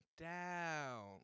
down